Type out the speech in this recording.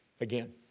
again